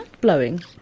blowing